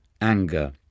anger